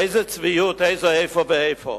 איזו צביעות, איזו איפה ואיפה.